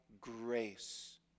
grace